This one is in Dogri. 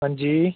हांजी